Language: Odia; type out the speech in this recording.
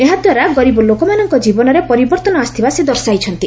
ଏହା ଦ୍ୱାରା ଗରିବ ଲୋକମାନଙ୍କ ଜୀବନରେ ପରିବର୍ତ୍ତନ ଆସିଥିବା ସେ ଦର୍ଶାଇଛନ୍ତି